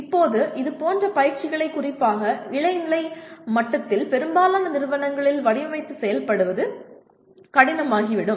இப்போது இதுபோன்ற பயிற்சிகளை குறிப்பாக இளநிலை மட்டத்தில் பெரும்பாலான நிறுவனங்களில் வடிவமைத்து செயல்படுத்துவது கடினமாகிவிடும்